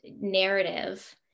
narrative